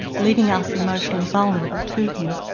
leaving us emotionally vulnerable to him.